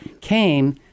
came